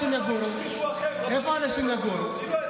אתה עושה את ההפך, אתה הורס לאנשים.